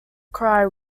cry